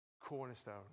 cornerstone